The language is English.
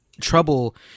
trouble